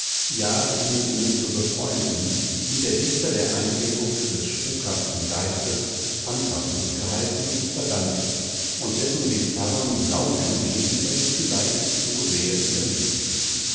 ja dich mit ihnen zu befreunden die der dichter der eingebung des spukhaften geistes phantasus geheißen verdankt und dessen bizarrem launischem wesen er sich vielleicht zu sehr überließ